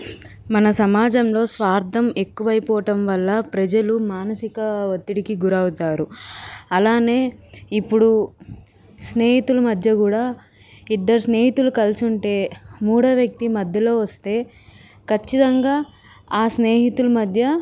మన సమాజంలో స్వార్థం ఎక్కువైపోవటం వల్ల ప్రజలు మానసిక ఒత్తిడికి గురవుతారు అలానే ఇప్పుడు స్నేహితులు మధ్య కూడా ఇద్దరు స్నేహితులు కలిసి ఉంటే మూడవ వ్యక్తి మధ్యలో వస్తే ఖచ్చితంగా ఆ స్నేహితులు మధ్య